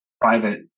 private